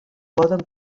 poden